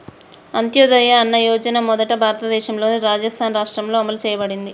అంత్యోదయ అన్న యోజన మొదట భారతదేశంలోని రాజస్థాన్ రాష్ట్రంలో అమలు చేయబడింది